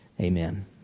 Amen